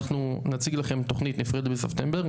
אנחנו נציג לכם תוכנית נפרדת בספטמבר,